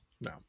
no